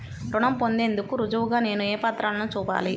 రుణం పొందేందుకు రుజువుగా నేను ఏ పత్రాలను చూపాలి?